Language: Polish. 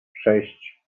sześć